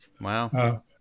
Wow